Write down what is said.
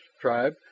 tribe